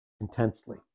intensely